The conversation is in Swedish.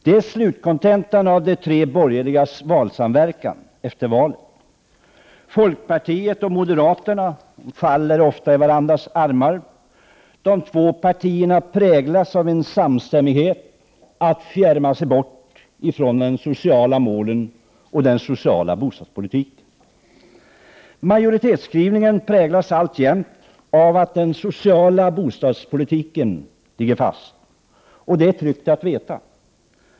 Det är kontentan av de borgerligas valsamverkan. Folkpartiet och moderaterna faller ofta i varandras armar. De två partierna präglas av en samstämmighet att fjärma sig från de sociala målen och den sociala bostadspolitiken. Majoritetsskrivningen präglas alltjämt av att den sociala bostadspolitiken ligger fast. Det är tryggt att veta.